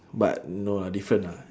but no ah different ah